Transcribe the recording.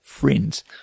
Friends